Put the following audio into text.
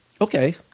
Okay